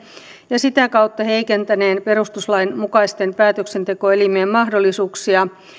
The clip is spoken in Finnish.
ja sitä kautta heikentäneen perustuslain mukaisten päätöksentekoelimien mahdollisuuksia